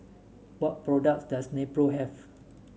what products does Nepro have